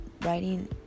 Writing